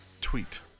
tweet